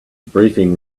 briefing